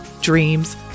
dreams